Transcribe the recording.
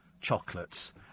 chocolates